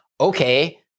okay